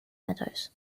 meadows